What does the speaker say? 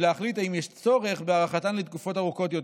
ולהחליט אם יש צורך בהארכתן לתקופות ארוכות יותר.